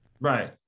right